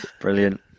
Brilliant